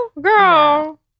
Girl